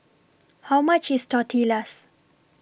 How much IS Tortillas